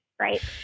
right